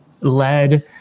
led